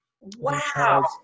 wow